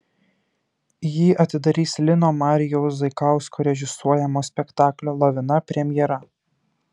jį atidarys lino marijaus zaikausko režisuojamo spektaklio lavina premjera